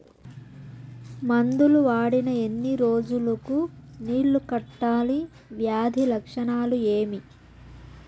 మందులు వాడిన ఎన్ని రోజులు కు నీళ్ళు కట్టాలి, వ్యాధి లక్షణాలు ఏమి?